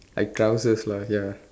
I lah ya